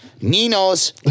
Ninos